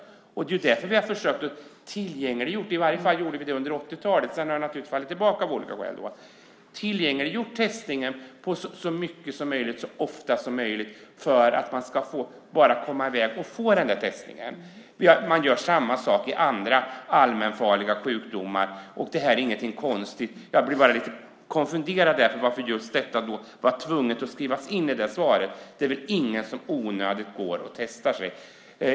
Det är bland annat därför vi har försökt tillgängliggöra - vi gjorde det i varje fall under 80-talet, och sedan har det av olika skäl fallit tillbaka - testningen så mycket som möjligt och så ofta som möjligt för att man ska komma i väg och få testningen. Det är samma sak vid andra allmänfarliga sjukdomar. Det här är ingenting konstigt. Jag blir bara lite konfunderad över att det var tvunget att skriva in just detta i svaret. Det är väl ingen som går och testar sig i onödan.